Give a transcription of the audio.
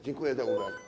Dziękuję za uwagę.